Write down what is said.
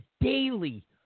daily